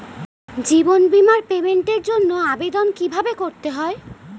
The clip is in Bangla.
জীবন বীমার পেমেন্টের জন্য আবেদন কিভাবে করতে হয়?